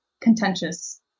contentious